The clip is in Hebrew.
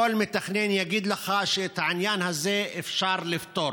כל מתכנן יגיד לך שאת העניין הזה אפשר לפתור.